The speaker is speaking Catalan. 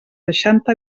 seixanta